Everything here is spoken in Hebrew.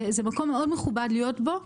זה מקום מאוד מכובד להיות בו,